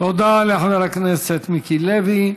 תודה לחבר הכנסת מיקי לוי.